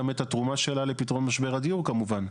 גם את התרומה שלה לפתרון משבר הדיור כמובן.